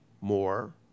more